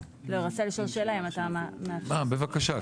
אה, בבקשה.